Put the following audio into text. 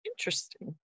Interesting